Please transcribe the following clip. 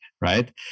right